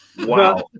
Wow